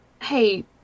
hey